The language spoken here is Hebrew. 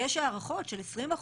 יש הערכות של 20%,